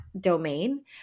domain